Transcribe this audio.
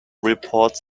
reports